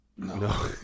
No